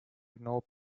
ignore